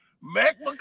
Mac